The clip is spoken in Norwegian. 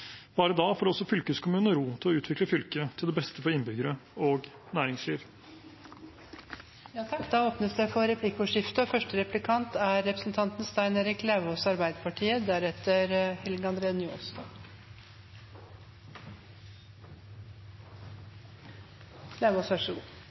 Bare da får også fylkeskommunene ro til å utvikle fylket til det beste for innbyggere og næringsliv. Det blir replikkordskifte. Nå er det